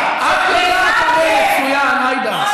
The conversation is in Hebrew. גזען גם נגד נשים.